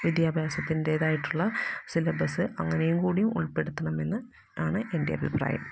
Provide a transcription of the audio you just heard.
വിദ്യാഭ്യാസത്തിന്റേതായിട്ടുള്ള syllabus അങ്ങനെയും കൂടി ഉള്പ്പെടുത്തണമെന്ന് ആണ് എന്റെ അഭിപ്രായം